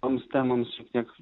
toms temoms šiek tiek